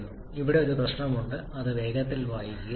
എനിക്ക് ഇവിടെ ഒരു പ്രശ്നമുണ്ട് അത് വേഗത്തിൽ വായിക്കുക